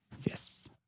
Yes